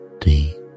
deep